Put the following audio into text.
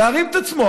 להרים את עצמו.